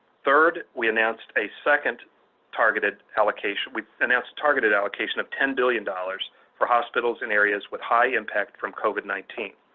third, we announced a second targeted allocation we announced a targeted allocation of ten billion dollars for hospitals in areas with high impact from covid nineteen.